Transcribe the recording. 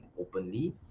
openly